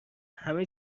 همه